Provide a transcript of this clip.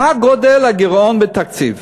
מה גודל הגירעון בתקציב?